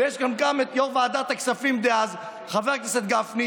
ויש גם כאן את יו"ר ועדת הכספים דאז חבר הכנסת גפני.